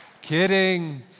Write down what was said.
Kidding